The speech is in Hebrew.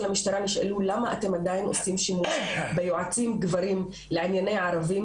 המשטרה נשאלו למה אתם עדיין עושים שימוש ביועצים גברים לענייני ערבים